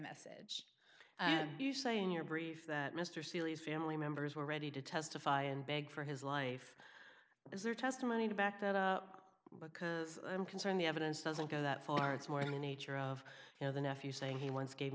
message and you say in your brief that mr seely's family members were ready to testify and beg for his life but is there testimony to back to because i'm concerned the evidence doesn't go that far it's more in the nature of you know the nephew saying he once gave